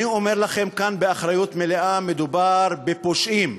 אני אומר לכם כאן באחריות מלאה: מדובר בפושעים.